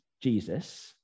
Jesus